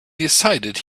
decided